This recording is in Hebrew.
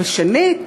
ושנית,